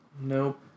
nope